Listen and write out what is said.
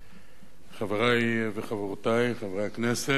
חברי וחברותי חברי הכנסת,